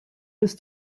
ist